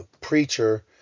preacher